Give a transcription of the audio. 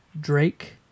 Drake